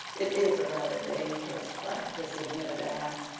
it is a rather dangerous practice, admitted anne,